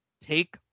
Take